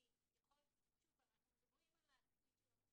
כי אנחנו מדברים על התפקיד של המפקח,